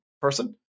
person